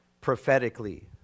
prophetically